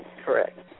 Correct